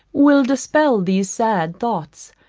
will dispel these sad thoughts,